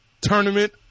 tournament